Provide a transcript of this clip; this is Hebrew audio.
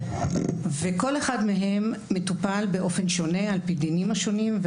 כל אחד מהם מטופל באופן שונה על-פי דינים השונים,